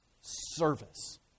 service